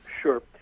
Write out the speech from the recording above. Sure